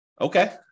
Okay